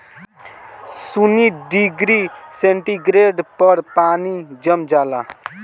शून्य degree centigrade पर पानी जम जाला